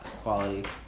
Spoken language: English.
quality